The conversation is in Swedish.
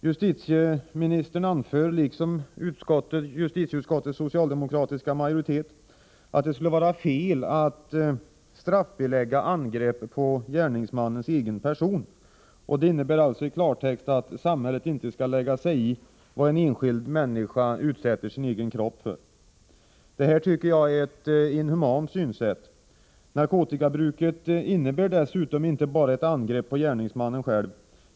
Justitieministern anför, liksom justitieutskottets socialdemokratiska majoritet, att det skulle vara fel att straffbelägga angrepp på gärningsmannens egen person. Det innebär i klartext att samhället inte skall lägga sig i vad en enskild människa utsätter sin egen kropp för. Detta tycker jag är ett inhumant synsätt. Narkotikabruket innebär dessutom inte bara ett angrepp på gärningsmannen själv.